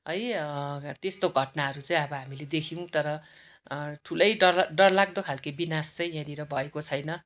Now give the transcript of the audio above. है त्यस्तो घटनाहरू चाहिँ अब हामीले देख्यौँ तर ठुलै डर डरलाग्दो खालको विनाश चाहिँ यहाँनिर भएको छैन